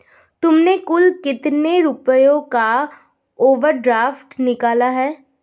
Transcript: तुमने कुल कितने रुपयों का ओवर ड्राफ्ट निकाला है?